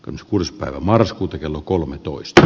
joskus marraskuuta kello kolmetoista